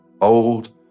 old